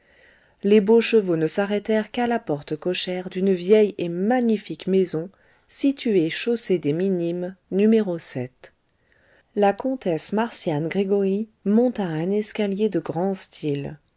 les beaux chevaux ne s'arrêtèrent qu'à la porte cochère d'une vieille et magnifique maison située chaussée des minimes numéro la comtesse marcian gregoryi monta un escalier de grand style